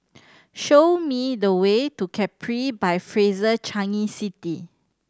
show me the way to Capri by Fraser Changi City